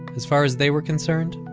as far as they were concerned,